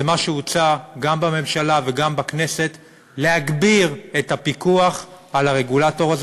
זה מה שהוצע גם בממשלה וגם בכנסת: להגביר את הפיקוח על הרגולטור הזה,